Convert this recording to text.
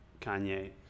Kanye